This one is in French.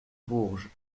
bourges